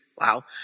Wow